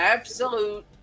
Absolute